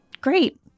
Great